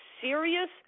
serious